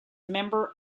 member